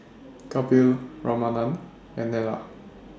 Kapil Ramanand and Neila